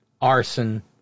arson